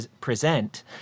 present